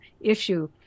issue